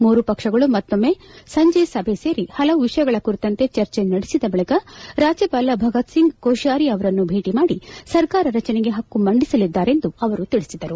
ಮೂರು ಪಕ್ಷಗಳು ಮತ್ತೊಮ್ಮೆ ಸಂಜೆ ಸಭೆ ಸೇರಿ ಹಲವು ವಿಷಯಗಳ ಕುರಿತಂತೆ ಚರ್ಚೆ ನಡೆಸಿದ ಬಳಿಕ ರಾಜ್ಯವಾಲ ಭಗತ್ಸಿಂಗ್ ಕೊಶಿಯಾರಿ ಅವರನ್ನು ಭೇಟಿ ಮಾಡಿ ಸರ್ಕಾರ ರಚನೆಗೆ ಪಕ್ಕು ಮಂಡಿಸಲಿದ್ದಾರೆ ಎಂದು ಅವರು ತಿಳಿಸಿದರು